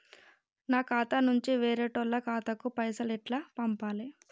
నా ఖాతా నుంచి వేరేటోళ్ల ఖాతాకు పైసలు ఎట్ల పంపాలే?